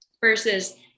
versus